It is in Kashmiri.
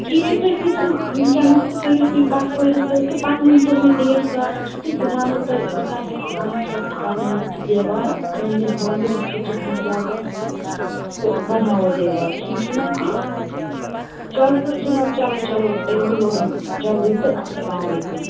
ٹھیٖک چھِو تُہۍ کھسِو ونکیٚنس تہٕ کٔرِو تُہۍ پَٹھوٲرس سۭتۍ تہٕ پَتہٕ ؤنتو مےٚ ڑیٹ کَر چھُ تہٕ بہٕ وَنہو تۄہہِ بہٕ کَر ہیٚکہٕ یہِ کَنٛسٹرکٹہٕ کَرنٲوِتھ یہِ دیٚوار اتھ تعامیٖر وٲمیٖر وٕچھو کِتھہ کٕن کیاہ گَژھِہ تہٕ تہِ بناوو دیٚوار ٹھیٖک چھُنہ حٲز تیٚلہِ چلو جناب چلو چلو تیٚلہِ میٚلو وۄنۍ جلدی تہٕ اسلامُ علیکُم